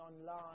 online